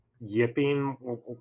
yipping